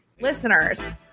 Listeners